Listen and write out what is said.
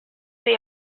see